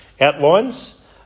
outlines